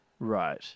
right